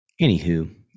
anywho